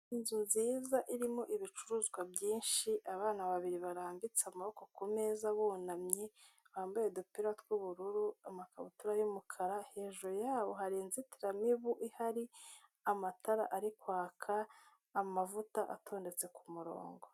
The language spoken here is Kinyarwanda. Inzu nziza irimo ibicuruzwa byinshi, abana babiri barambitse amaboko ku meza bunamye, bambaye udupira tw'ubururu, amakabutura y'umukara, hejuru yabo hari inzitiramibu ihari, amatara ari kwaka amavuta atondetse ku murongo.